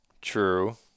True